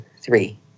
three